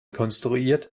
konstruiert